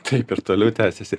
taip ir toliau tęsiasi